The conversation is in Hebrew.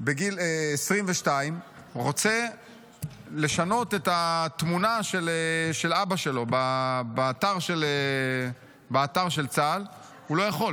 בגיל 22 רוצה לשנות את התמונה של אבא שלו באתר של צה"ל הוא לא יכול,